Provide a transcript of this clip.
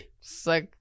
suck